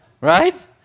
Right